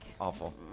Awful